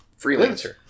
Freelancer